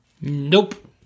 nope